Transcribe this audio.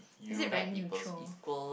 is it very neutral